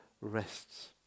rests